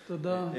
תודה.